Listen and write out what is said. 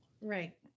Right